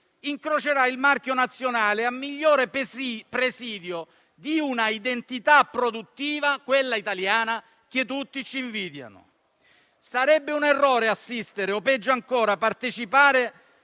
incrocerà il marchio nazionale a migliore presidio di un'identità produttiva, quella italiana, che tutti ci invidiano. Sarebbe un errore assistere o, peggio ancora, partecipare